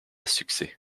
succès